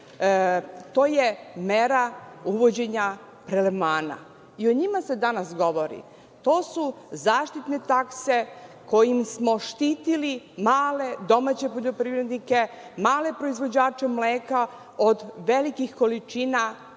to je mera uvođenja prelevmana. I o njima se danas govori. To su zaštitne takse kojim smo štitili male domaće poljoprivrednike, male proizvođače mleka od velikih količina koje